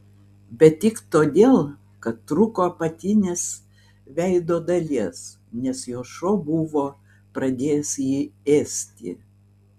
bet tik todėl kad trūko apatinės veido dalies nes jo šuo buvo pradėjęs jį ėsti